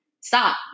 Stop